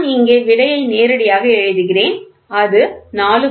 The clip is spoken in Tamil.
நான் இங்கே விடையை நேரடியாக எழுதுகிறேன் அது 4